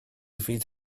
fydd